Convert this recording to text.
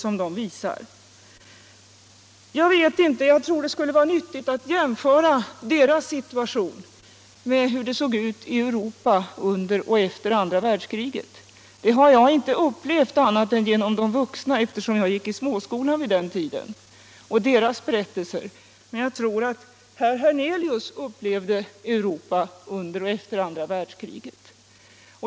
Jag tror det skulle vara nyttigt att jämföra deras situation med hur det såg ut i Europa under och efter andra världskriget. Det har jag inte upplevt annat än genom de vuxnas berättelser, eftersom jag gick i småskolan vid den tiden, men jag tror att herr Hernelius upplevde Europa under och efter andra världskriget.